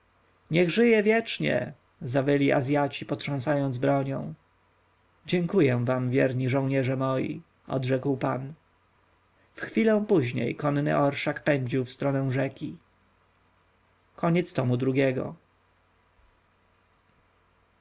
niech żyje wiecznie zawyli azjaci potrząsając bronią dziękuję wam wierni żołnierze moi odrzekł pan w chwilę później konny orszak pędził w stronę rzeki